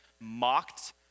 mocked